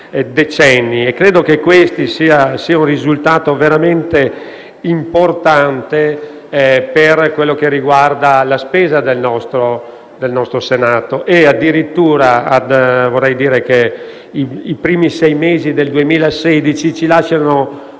Credo che questo sia un risultato veramente importante per quello che riguarda la spesa del nostro Senato e, addirittura, vorrei dire che i primi sei mesi del 2016 ci lasciano